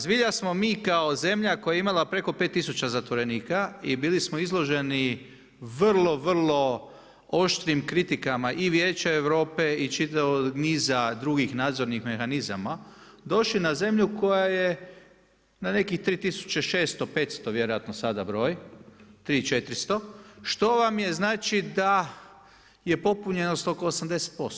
Zbilja smo mi kao zemlja koja je imala preko 5 tisuća zatvorenika i bili smo izloženi vrlo, vrlo oštrim kritikama i Vijeća Europe i čitavog niza drugih nadzornih mehanizama došli na zemlju koja je na nekih 3 tisuće 600, 500 vjerojatno sad broj, 3 i 400, što vam je znači da je popunjenost oko 80%